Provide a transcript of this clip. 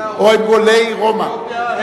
או הם גולי רומא.